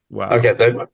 okay